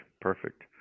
perfect